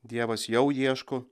dievas jau ieško